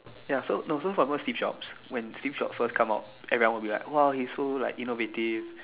ya so no soy for example Steve-Jobs when Steve-Jobs first come out everyone will be like !wow! his so like innovative